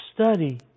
Study